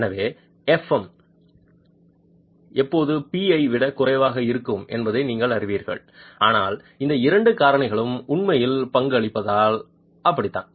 எனவே எஃப்எம் எனவே எப்போதும் p ஐ விட குறைவாக இருக்கும் என்பதை நீங்கள் அறிவீர்கள் ஆனால் இந்த இரண்டு காரணிகளும் உண்மையில் பங்களிப்பதால் அப்படித்தான்